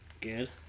Good